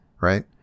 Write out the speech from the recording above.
Right